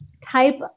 type